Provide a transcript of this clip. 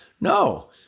No